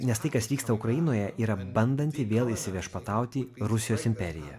nes tai kas vyksta ukrainoje yra bandanti vėl įsiviešpatauti rusijos imperija